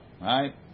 right